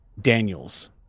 Daniels